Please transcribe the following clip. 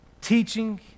teaching